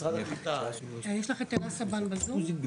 (הישיבה נפסקה בשעה 10:40